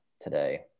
today